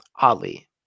Ali